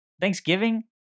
Thanksgiving